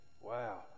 wow